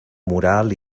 moral